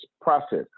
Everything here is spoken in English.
process